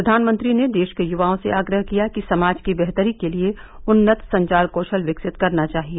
प्रधानमंत्री ने देश के युवाओं से आग्रह किया कि समाज की बेहतरी के लिए उन्नत संचार कौशल विकसित करना चाहिए